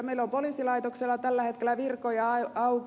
meillä on poliisilaitoksella tällä hetkellä virkoja auki